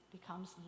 becomes